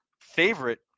favorite